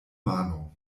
mano